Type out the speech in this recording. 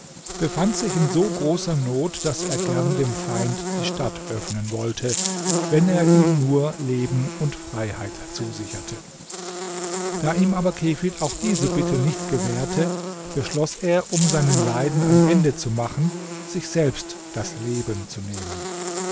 befand sich in so großer not daß er gern dem feind die stadt öffnen wollte wenn er ihm nur leben und freiheit zusicherte da ihm aber kefid auch diese bitte nicht gewährte beschloß er um seinen leiden ein ende zu machen sich selbst das leben zu nehmen